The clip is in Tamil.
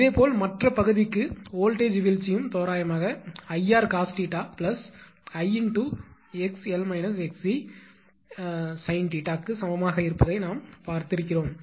இதேபோல் மற்ற பகுதிக்கு வோல்ட்டேஜ் வீழ்ச்சியும் தோராயமாக 𝐼𝑟 cos 𝜃 𝐼 𝑥𝑙 𝑥𝑐 sin 𝜃 க்கு சமமாக இருப்பதை நாம் பார்த்திருக்கிறோம்